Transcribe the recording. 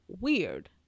weird